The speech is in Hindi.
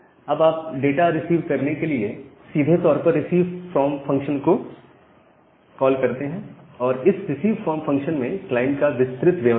अब आप डाटा रिसीव करने के लिए सीधे तौर पर रिसीव फ्रॉम फंक्शन को कॉल कर सकते हैं और इस रिसीव फ्रॉम फंक्शन में क्लाइंट का विस्तृत ब्यौरा होगा